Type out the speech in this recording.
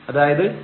അതായത് x2y20